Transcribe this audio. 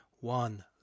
one